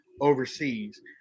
Overseas